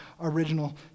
original